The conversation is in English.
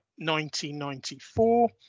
1994